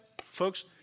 folks